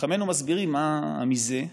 חכמינו מסבירים: מה "מזה"?